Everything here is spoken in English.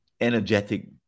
energetic